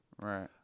Right